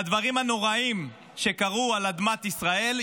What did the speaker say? בדברים הנוראים שקרו על אדמת ישראל,